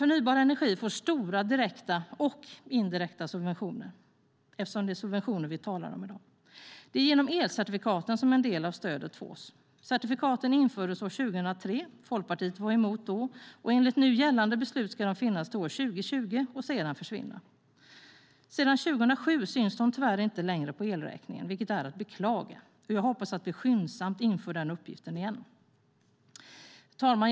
Förnybar energi får stora direkta och indirekta subventioner - det är subventioner vi talar om i dag. Det är genom elcertifikaten som en del av stödet fås. Certifikaten infördes år 2003. Folkpartiet var emot dem då. Enligt nu gällande beslut ska de finnas till år 2020 och sedan försvinna. Sedan 2007 syns de tyvärr inte längre på elräkningen, vilket är att beklaga. Jag hoppas att vi skyndsamt inför den uppgiften igen. Fru talman!